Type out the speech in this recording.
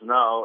no